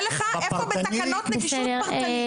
אני אראה לך איפה זה בתקנות נגישות פרטנית.